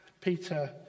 Peter